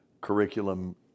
curriculum